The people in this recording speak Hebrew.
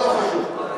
לא מקימים חווה,